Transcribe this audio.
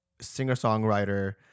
singer-songwriter